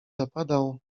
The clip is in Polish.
zapadał